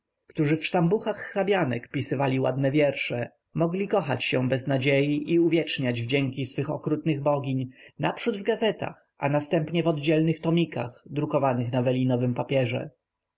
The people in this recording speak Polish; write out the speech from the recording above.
którzy w sztambuchach hrabianek pisywali ładne wiersze mogli kochać się bez nadziei i uwieczniać wdzięki swoich okrutnych bogiń najprzód w gazetach a następnie w oddzielnych tomikach drukowanych na welinowym papierze